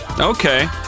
Okay